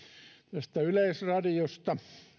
tästä yleisradiosta